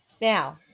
Now